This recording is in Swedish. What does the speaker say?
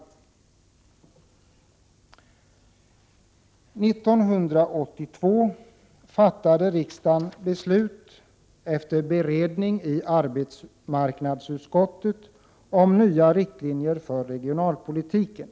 År 1982 fattade riksdagen beslut, efter beredning i arbetsmarknadsutskottet, om nya riktlinjer för regionalpolitiken.